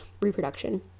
reproduction